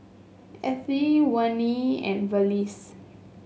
Ethie Wayne and Felice